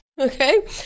Okay